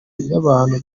y’abantu